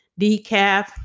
decaf